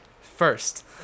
First